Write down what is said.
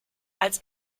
als